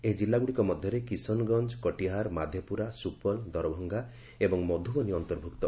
ଏହି ଜିଲ୍ଲାଗୁଡ଼ିକ ମଧ୍ୟରେ କିଶନଗଞ୍ଜ କଟିହାର୍ ମାଧେପୁରା ସୁପଲ ଦରଭଙ୍ଗା ଏବଂ ମଧୁବନୀ ଅନ୍ତର୍ଭୁକ୍ତ